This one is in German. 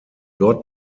dort